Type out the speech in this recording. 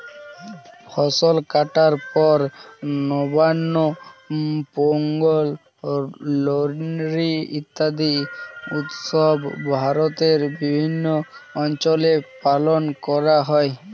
ফসল কাটার পর নবান্ন, পোঙ্গল, লোরী ইত্যাদি উৎসব ভারতের বিভিন্ন অঞ্চলে পালন করা হয়